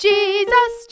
Jesus